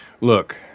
Look